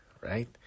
right